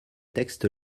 texte